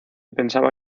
pensaba